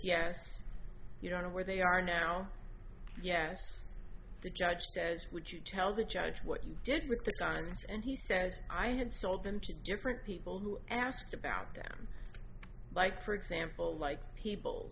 yes you don't know where they are now yes the judge says would you tell the judge what you did with the signs and he says i had sold them to different people who asked about them like for example like people